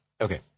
Okay